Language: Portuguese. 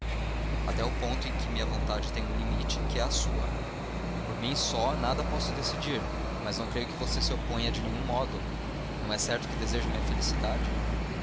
até ao ponto em que a minha vontade tem um limite que é a sua por mim só nada posso decidir mas não creio que você se oponha de nenhum modo não é certo que deseja a minha felicidade